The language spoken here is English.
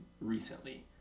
recently